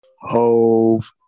Hove